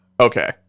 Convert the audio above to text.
okay